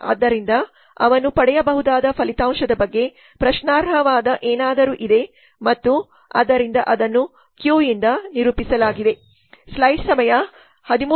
ಆದ್ದರಿಂದ ಅವನು ಪಡೆಯಬಹುದಾದ ಫಲಿತಾಂಶದ ಬಗ್ಗೆ ಪ್ರಶ್ನಾರ್ಹವಾದ ಏನಾದರೂ ಇದೆ ಮತ್ತು ಆದ್ದರಿಂದ ಅದನ್ನು ಕ್ಯೂ ಯಿಂದ ನಿರೂಪಿಸಲಾಗಿದೆ